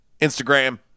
Instagram